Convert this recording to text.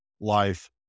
life